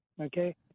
Okay